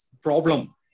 problem